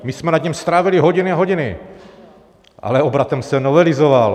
My jsme nad ním strávili hodiny a hodiny, ale obratem se novelizoval.